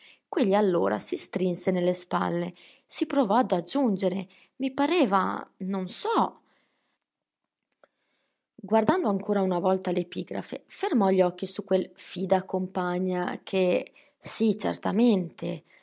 quegli allora si strinse nelle spalle si provò ad aggiungere i pareva non so guardando ancora una volta l'epigrafe fermò gli occhi su quel fida compagna che sì certamente